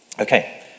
Okay